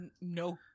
no